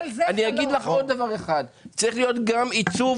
אגיד לך עוד דבר אחד: צריך להיות גם עיצוב